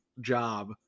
job